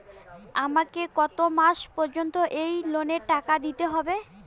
আমাকে কত মাস পর্যন্ত এই লোনের টাকা দিতে হবে?